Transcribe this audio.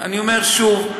אני אומר שוב,